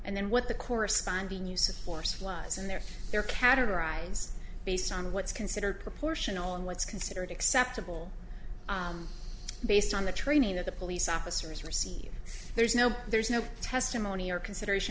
and then what the corresponding use of force was and they're there categorize based on what's considered proportional and what's considered acceptable based on the training that the police officers receive there's no there's no testimony or consideration